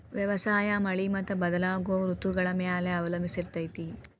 ವ್ಯವಸಾಯ ಮಳಿ ಮತ್ತು ಬದಲಾಗೋ ಋತುಗಳ ಮ್ಯಾಲೆ ಅವಲಂಬಿಸೈತ್ರಿ